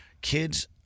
kids